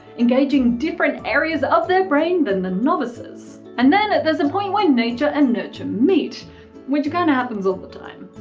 engaging different areas of their brains than the novices. and then, there's a point where nature and nurture meet which kinda happens all the time.